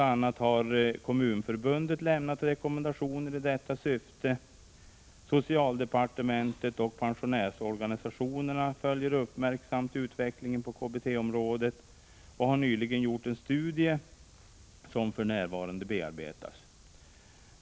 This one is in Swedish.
a. har Kommunförbundet lämnat rekommendationer i detta syfte. Socialdepartementet och pensionärsorganisationerna följer uppmärksamt utvecklingen på KBT-området och har nyligen gjort en studie som för närvarande bearbetas.